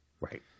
Right